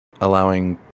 allowing